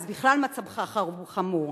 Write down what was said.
אז בכלל מצבך חמור.